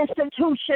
institution